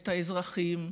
את האזרחים,